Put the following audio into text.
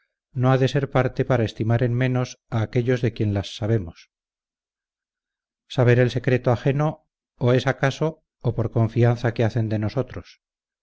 no ha de ser parte para estimar en menos a aquellos de quien las sabemos saber el secreto ajeno o es acaso o por confianza que hacen de nosotros